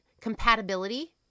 compatibility